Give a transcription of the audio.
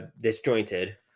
disjointed